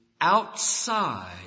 outside